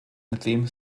theme